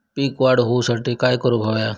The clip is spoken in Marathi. पीक वाढ होऊसाठी काय करूक हव्या?